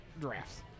drafts